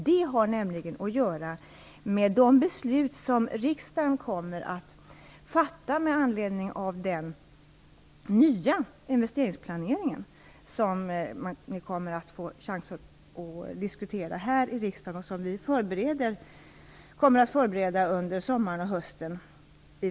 Det har nämligen att göra med de beslut som riksdagen kommer att fatta med anledning av den nya investeringsplanering som ni kommer att få tillfälle att diskutera här i riksdagen. Vi kommer i regeringen att förbereda denna planering under sommaren och hösten.